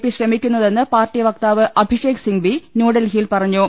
P ശ്രമിക്കുന്നതെന്ന് പാർട്ടി വക്താവ് അഭിഷേക് സിംഗ്വി ന്യൂഡൽഹിയിൽ പറഞ്ഞു